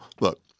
look